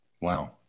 Wow